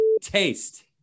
taste